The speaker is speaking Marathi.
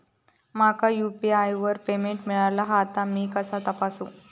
माका यू.पी.आय वर पेमेंट मिळाला हा ता मी कसा तपासू?